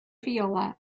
viola